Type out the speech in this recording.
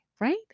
Right